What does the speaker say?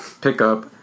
pickup